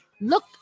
Look